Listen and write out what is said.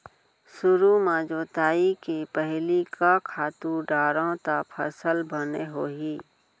सुरु म जोताई के पहिली का खातू डारव त फसल बने होही?